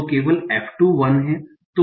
तो केवल f 2 1 है